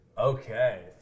Okay